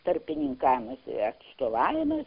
tarpininkavimasir atstovavimas